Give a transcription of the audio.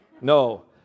No